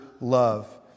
love